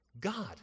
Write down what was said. God